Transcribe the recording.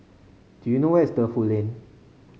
do you know where's Defu Lane